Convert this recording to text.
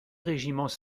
régiments